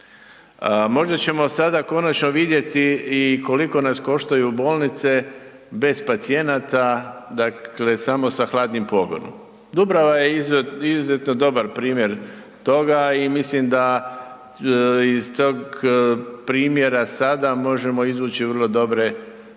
Možda ćemo sada konačno vidjeti i koliko nas koštaju bolnice bez pacijenata, dakle, samo sa hladnim pogonom. Dubrava je izuzetno dobar primjer toga i mislim da iz tog primjera sada možemo izvući vrlo dobre pouke